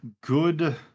good